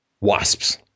wasps